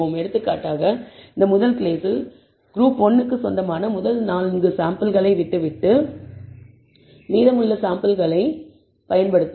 எடுத்துக்காட்டாக இந்த முதல் கேஸில் குரூப் 1 க்கு சொந்தமான முதல் 4 சாம்பிள்களை விட்டுவிட்டு மீதமுள்ள சாம்பிள்களைப் பயன்படுத்துவோம்